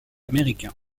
américain